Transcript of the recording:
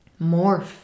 morph